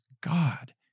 God